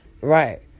Right